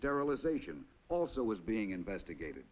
sterilization also is being investigated